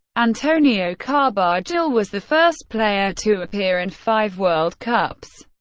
antonio carbajal was the first player to appear in five world cups,